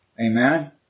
Amen